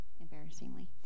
embarrassingly